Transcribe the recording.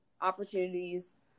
opportunities